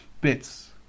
bits